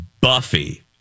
Buffy